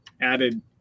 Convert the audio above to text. added